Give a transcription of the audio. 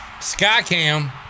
Skycam